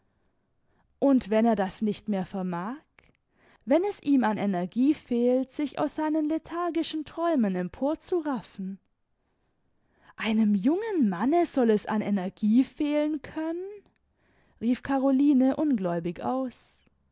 und wenn er das nicht mehr vermag wenn es ihm an energie fehlt sich aus seinen lethargischen träumen emporzuraffen einem jungen manne soll es an energie fehlen können rief caroline ungläubig aus